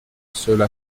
cela